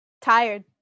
Tired